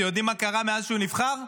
אתם יודעים מה קרה מאז שהוא נבחר?